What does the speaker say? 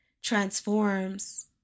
transforms